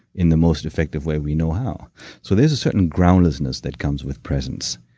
in the most effective way we know how so there's a certain groundlessness that comes with presence.